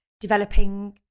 developing